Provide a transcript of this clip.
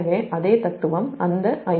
எனவே அதே தத்துவம் அந்த Ia1 Ia2 2Ia0